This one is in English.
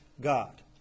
God